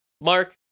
Mark